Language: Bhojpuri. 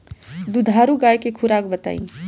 दुधारू गाय के खुराक बताई?